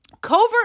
Covert